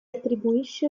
attribuisce